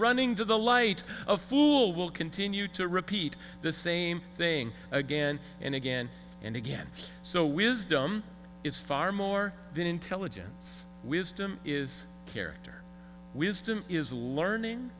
running to the light a fool will continue to repeat the same thing again and again and again so wisdom is far more than intelligence wisdom is character wisdom is learning